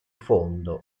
fondo